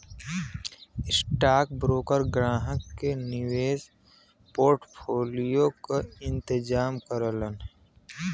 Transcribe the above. stockbroker ग्राहक के निवेश पोर्टफोलियो क इंतजाम करलन